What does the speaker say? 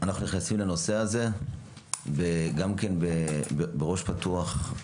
אנחנו נכנסים לנושא הזה בראש פתוח.